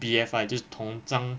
B_F_I 就是铜章